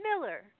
Miller